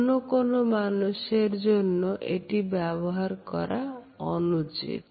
অন্য কোন মানুষের জন্য এটি ব্যবহার করা অনুচিত